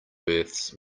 births